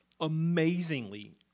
amazingly